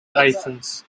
athens